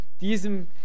diesem